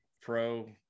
pro